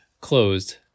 closed